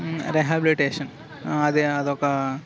rehabilitation అది అదొక